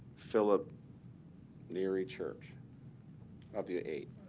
philip neri church of the eight?